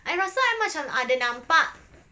I rasa macam I ada nampak